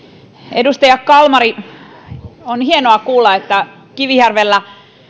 edustaja kalmari on hienoa kuulla että kivijärvellä